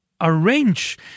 arrange